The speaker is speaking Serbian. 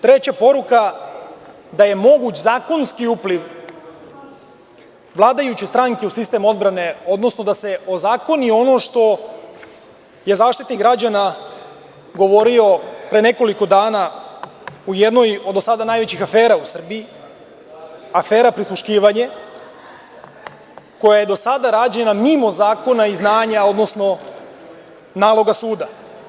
Treća poruka je da je moguć zakonski upliv vladajuće stranke u sistem odbrane, odnosno da se ozakoni ono što je Zaštitnik građana govorio pre nekoliko dana u jednoj od do sada najvećih afera u Srbiji, afera „Prisluškivanje“, koja je do sada rađena mimo zakona i znanja, odnosno naloga suda.